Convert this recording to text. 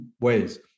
ways